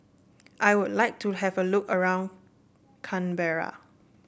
I would like to have a look around Canberra